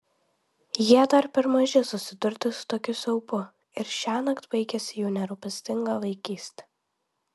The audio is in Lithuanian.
jie dar per maži susidurti su tokiu siaubu ir šiąnakt baigiasi jų nerūpestinga vaikystė